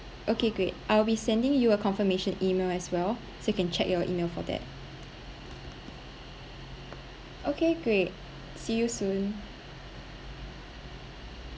okay great I'll be sending you a confirmation email as well so you can check your email for that okay great see you soon